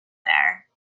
there